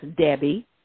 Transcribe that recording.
Debbie